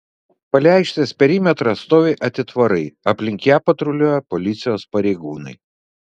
palei aikštės perimetrą stovi atitvarai aplink ją patruliuoja policijos pareigūnai